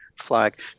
flag